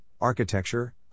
architecture